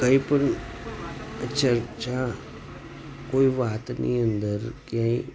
કંઈ પણ ચર્ચા કોઈ વાતની અંદર કે